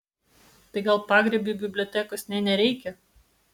tai gal pagrybiui bibliotekos nė nereikia